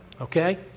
Okay